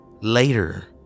Later